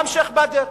גם בשיח'-באדר.